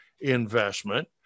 investment